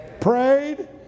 Prayed